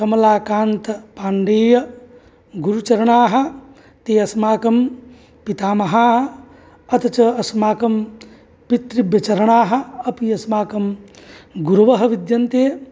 कमलाकान्तपाण्डेयगुरुचरणाः ते अस्माकं पितामहाः अथ च अस्माकं पितृव्यचरणाः अपि अस्माकं गुरवः विद्यन्ते